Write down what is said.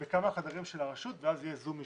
בכמה חדרים של הרשות ויהיה זום משם.